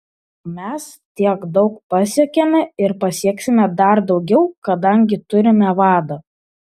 mes tiek daug pasiekėme ir pasieksime dar daugiau kadangi turime vadą